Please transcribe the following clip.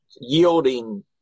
yielding